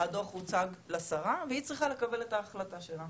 הדוח הוצג לשרה והיא צריכה לקבל את ההחלטה שלה.